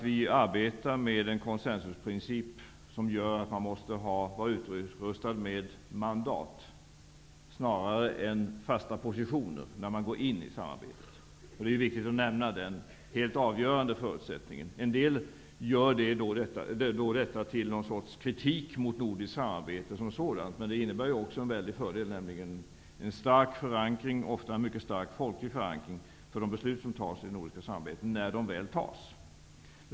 Vi arbetar med en konsensusprincip som gör att man måste vara utrustad med mandat snarare än fasta positioner, när man går in i samarbetet. Det är viktigt att nämna den helt avgörande förutsättningen. En del gör då detta till någon sorts kritik mot nordiskt samarbete som sådant, men det innebär ju också en väldig fördel, nämligen en stark förankring -- ofta en mycket stark folklig förankring -- för de beslut som tas i det nordiska samarbetet, när de väl tas.